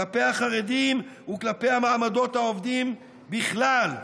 כלפי החרדים וכלפי המעמדות העובדים בכלל.